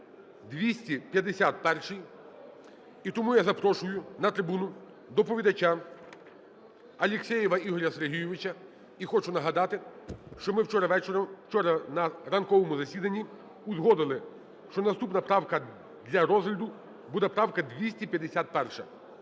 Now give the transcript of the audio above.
251. І тому я запрошую на трибуну доповідача Алексєєва Ігоря Сергійовича. І хочу нагадати, що ми вчора вечором… вчора на ранковому засіданні узгодили, що наступна правка для розгляду буде правка 251.